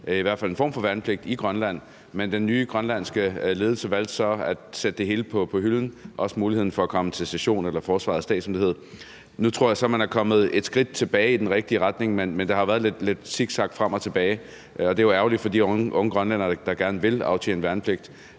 i hvert fald en form for værnepligt, i Grønland, men den nye grønlandske ledelse valgte så at lægge det hele på hylden, også muligheden for at komme til session eller Forsvarets dag, som det hedder. Nu tror jeg så, at man er gået et skridt tilbage i den rigtige retning, men der har været lidt zigzag frem og tilbage, og det er jo ærgerligt for de unge grønlændere, der gerne vil aftjene værnepligt.